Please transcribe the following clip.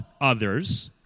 others